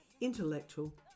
intellectual